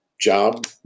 job